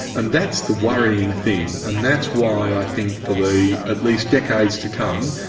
and that's the worrying thing and that's why i think for the at least decades to come,